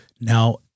Now